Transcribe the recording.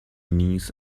knees